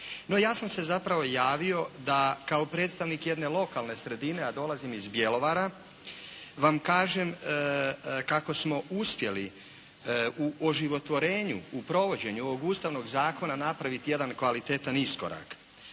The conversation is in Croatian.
No ja sam se zapravo javio da kao predstavnik jedne lokalne sredine, a dolazim iz Bjelovara, vam kažem kako smo uspjeli u oživotvorenju, u provođenju ovog ustavnog zakona napraviti jedan kvalitetan iskorak.